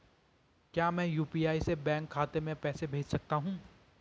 क्या मैं यु.पी.आई से बैंक खाते में पैसे भेज सकता हूँ?